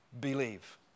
believe